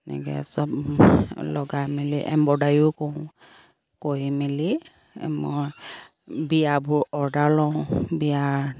এনেকৈ চব লগাই মেলি এম্ব্ৰইদাৰীও কৰোঁ কৰি মেলি মই বিয়াবোৰ অৰ্ডাৰ লওঁ বিয়াৰ